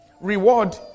reward